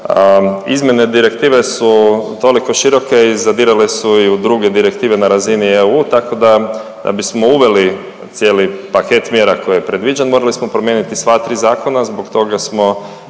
izmjene direktive su toliko široke i zadirale su i u druge direktive na razini EU, tako da da bismo uveli cijeli paket mjera koji je predviđen morali smo promijeniti sva tri zakona, zbog toga smo